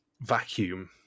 vacuum